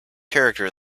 character